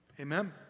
Amen